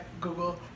Google